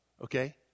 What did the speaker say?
okay